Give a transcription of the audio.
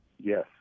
Yes